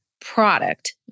product